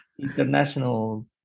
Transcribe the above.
international